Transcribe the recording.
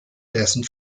dessen